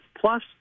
Plus